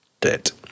Dead